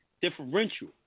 differential